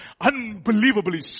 Unbelievably